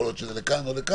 יש צדדים לכאן ולכאן.